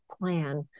plan